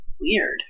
weird